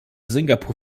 singapur